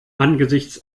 angesichts